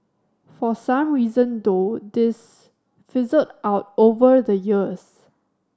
for some reason though this fizzled out over the years